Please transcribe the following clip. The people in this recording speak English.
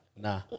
Nah